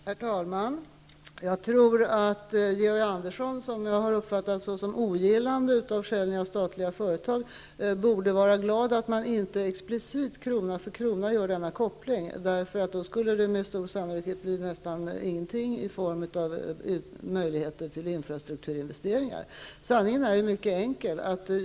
Herr talman! Jag tror att Georg Andersson, som jag har uppfattat såsom ogillande av försäljningen av statliga företag, borde vara glad att man inte explicit krona för krona gör denna koppling. Då skulle det med stor sannolikhet bli nästan ingenting till infrastrukturinvesteringar. Sanningen är mycket enkel.